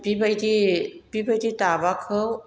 बिबायदि बिबायदि दाबाखौ